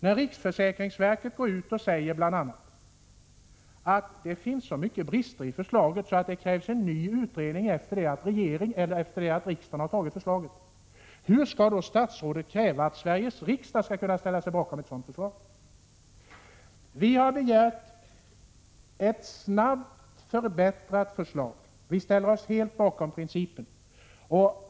När riksförsäkringsverket går ut och säger bl.a. att det finns så många brister i förslaget att det krävs en ny utredning efter det att riksdagen godkänt förslaget, hur kan statsrådet då kräva att Sveriges riksdag skall kunna ställa sig bakom förslaget? Vi ställer oss helt bakom principen, men vi har begärt ett snabbt förbättrat förslag.